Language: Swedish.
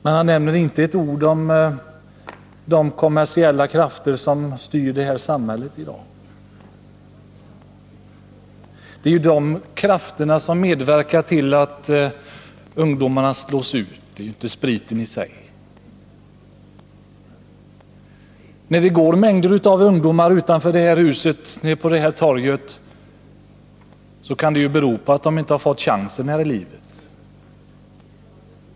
Däremot säger han inte ett ord om de kommersiella krafter som styr det här samhället i dag. Det är ju de krafterna som medverkar till att ungdomarna slås ut, inte spriten i sig. När det går mängder av ungdomar på torget utanför det här huset kan det bero på att de inte fått chansen här i livet.